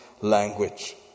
language